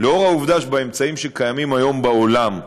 לאור העובדה שבאמצעים שקיימים היום בעולם,